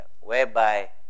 whereby